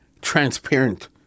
transparent